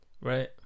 Right